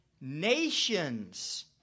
nations